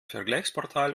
vergleichsportal